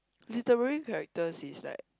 literally characters is like